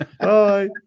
Bye